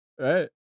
Right